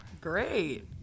Great